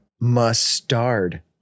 mustard